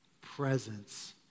presence